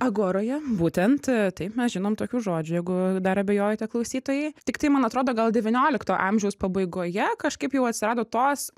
agoroje būtent taip mes žinom tokių žodžių jeigu dar abejojate klausytojai tiktai man atrodo gal devyniolikto amžiaus pabaigoje kažkaip jau atsirado tos